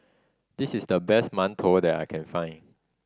this is the best mantou that I can find